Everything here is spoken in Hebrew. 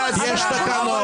לכנסת יש תקנון,